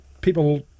People